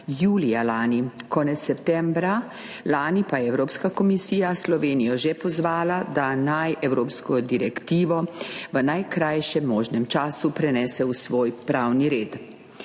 julija lani, konec septembra lani pa je Evropska komisija Slovenijo že pozvala, da naj evropsko direktivo v najkrajšem možnem času prenese v svoj pravni red.